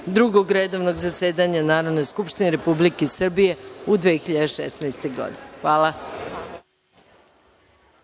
Drugog redovnog zasedanja Narodne skupštine Republike Srbije u 2016. godini. Hvala.